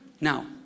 Now